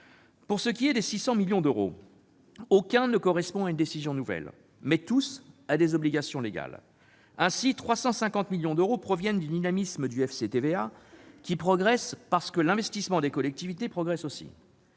Rien dans ces 600 millions d'euros ne correspond à une décision nouvelle ; il ne s'agit que d'obligations légales. Ainsi, 350 millions d'euros proviennent du dynamisme du FCTVA, qui progresse parce que l'investissement des collectivités territoriales